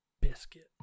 biscuit